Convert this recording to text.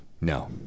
No